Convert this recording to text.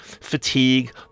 fatigue